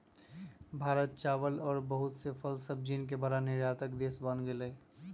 भारत चावल और बहुत से फल सब्जियन के बड़ा निर्यातक देश बन गेलय